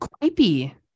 creepy